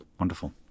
Wonderful